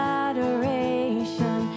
adoration